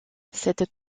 cette